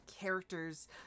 characters